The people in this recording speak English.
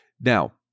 Now